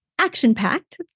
action-packed